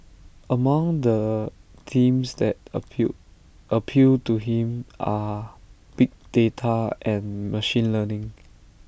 among the themes that appeal appeal to him are big data and machine learning